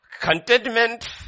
contentment